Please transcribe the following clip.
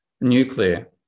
Nuclear